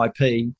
IP